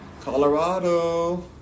Colorado